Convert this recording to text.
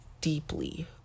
deeply